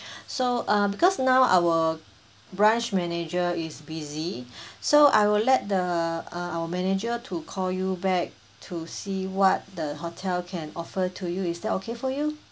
so uh because now our branch manager is busy so I will let the uh our manager to call you back to see what the hotel can offer to you is that okay for you